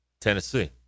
Tennessee